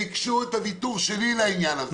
וביקשו את הוויתור שלי לעניין הזה.